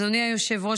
אדוני היושב-ראש,